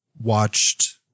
watched